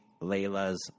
Layla's